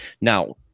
Now